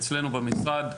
אצלנו במשרד,